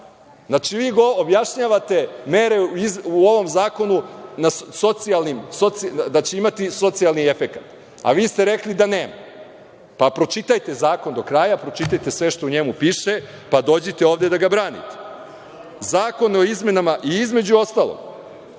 Znači, vi objašnjavate mere u ovom zakonu da će imati socijalni efekat, a vi ste rekli da nema. Pročitajte zakon do kraja, pročitajte sve što u njemu piše, pa dođite ovde da ga branite. Između ostalog,